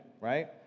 right